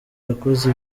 yakoze